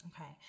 Okay